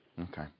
Okay